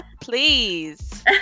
please